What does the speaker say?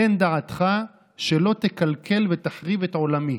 תן דעתך שלא תקלקל ותחריב את עולמי,